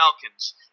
Falcons